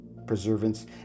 preservance